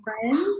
friends